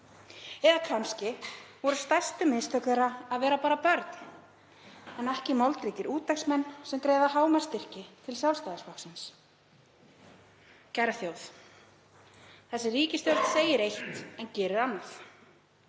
eða kannski voru stærstu mistök þeirra að vera bara börn en ekki moldríkir útvegsmenn sem greiða hámarksstyrki til Sjálfstæðisflokksins. Kæra þjóð. Þessi ríkisstjórn segir eitt en gerir annað.